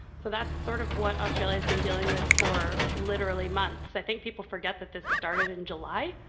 so that's sort of what australia has been dealing with for literally months. i think people forget that this started in july.